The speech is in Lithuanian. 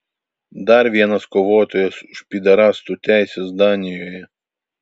dar vienas kovotojas už pyderastų teises danijoje